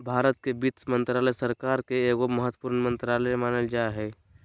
भारत के वित्त मन्त्रालय, सरकार के एगो महत्वपूर्ण मन्त्रालय मानल जा हय